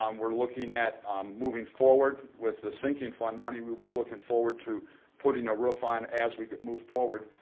um we're looking at moving forward with the sinking fund money. we'll be looking forward to putting a roof on as we move forward,